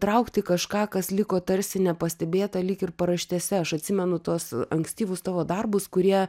traukti kažką kas liko tarsi nepastebėta lyg ir paraštėse aš atsimenu tuos ankstyvus tavo darbus kurie